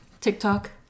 TikTok